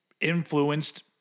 influenced